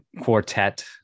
quartet